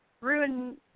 ruin